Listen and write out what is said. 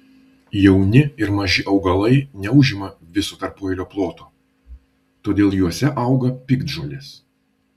jauni ir maži augalai neužima viso tarpueilio ploto todėl juose auga piktžolės